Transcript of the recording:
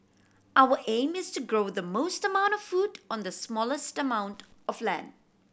our aim is to grow the most amount of food on the smallest amount of land